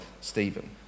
Stephen